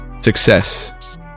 success